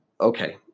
okay